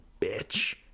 bitch